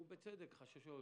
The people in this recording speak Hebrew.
בצדק יש חששות,